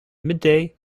midday